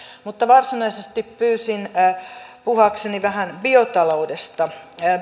mutta varsinaisesti pyysin puheenvuoron puhuakseni vähän biotaloudesta